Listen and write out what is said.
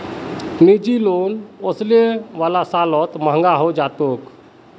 निजी लोन ओसने वाला सालत महंगा हैं जातोक